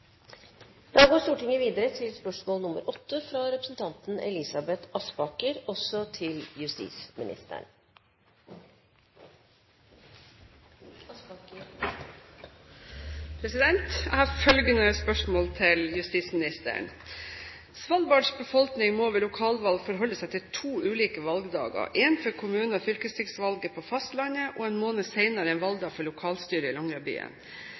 Jeg har følgende spørsmål til justisministeren: «Svalbards befolkning må ved lokalvalg forholde seg til to ulike valgdager, én for kommune- og fylkestingsvalget på fastlandet og én måned senere en valgdag for lokalstyret